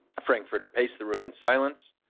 frankfurter paced the room in silence,